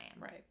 Right